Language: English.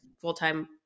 full-time